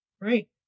right